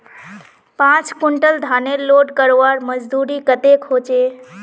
पाँच कुंटल धानेर लोड करवार मजदूरी कतेक होचए?